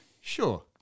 Sure